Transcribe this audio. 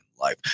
Life